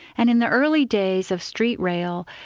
and in the early days of street rail,